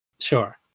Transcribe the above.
Sure